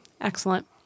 Excellent